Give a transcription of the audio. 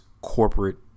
corporate